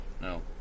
No